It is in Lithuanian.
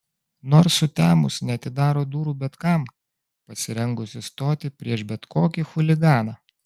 nors sutemus neatidaro durų bet kam pasirengusi stoti prieš bet kokį chuliganą